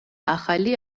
ახალი